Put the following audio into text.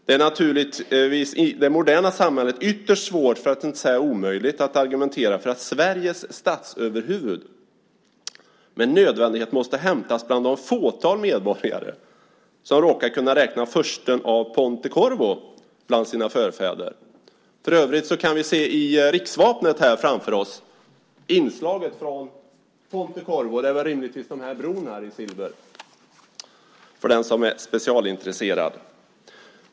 Det är naturligtvis i det moderna samhället ytterst svårt, för att inte säga omöjligt, att argumentera för att Sveriges statsöverhuvud med nödvändighet måste hämtas bland det fåtal medborgare som råkar kunna räkna fursten av Ponte-Corvo bland sina förfäder. För övrigt kan vi i riksvapnet framför oss se inslaget från Ponte-Corvo. Det är väl rimligtvis bron i silver. Detta sagt till den som är specialintresserad.